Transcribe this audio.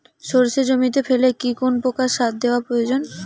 সর্ষে জমিতে ফেলে কি কোন প্রকার সার দেওয়া প্রয়োজন?